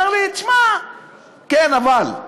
אומר לי: תשמע, כן, אבל.